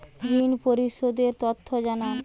ঋন পরিশোধ এর তথ্য জানান